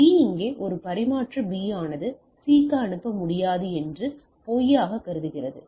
B இங்கே ஒரு பரிமாற்ற B ஆனது C க்கு அனுப்ப முடியாது என்று பொய்யாக கருதுகிறது